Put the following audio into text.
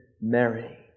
Mary